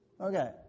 Okay